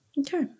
Okay